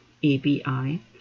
ABI